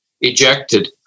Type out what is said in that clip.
ejected